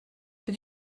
did